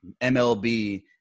MLB